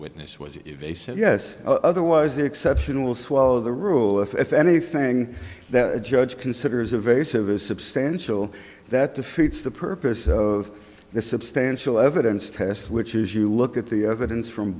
witness was yes otherwise the exception will swallow the rule if anything that a judge considers a very severe substantial that defeats the purpose of this substantial evidence test which is you look at the evidence from